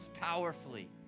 powerfully